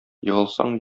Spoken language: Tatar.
егылсаң